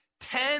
ten